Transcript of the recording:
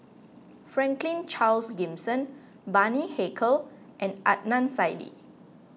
Franklin Charles Gimson Bani Haykal and Adnan Saidi